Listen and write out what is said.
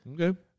Okay